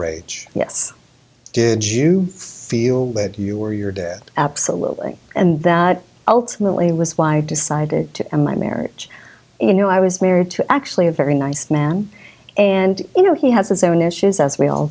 rage yes you feel that you were your dad absolutely and that ultimately was why i decided to end my marriage you know i was married to actually a very nice man and you know he has his own issues as we all